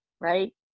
right